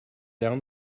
down